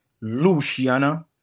Luciana